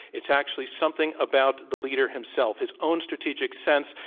it's actually something about the leader himself, his own strategic sense,